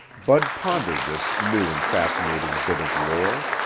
bud pondered this new and fascinating bit of lore.